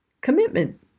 Commitment